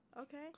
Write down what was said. Okay